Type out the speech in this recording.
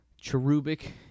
cherubic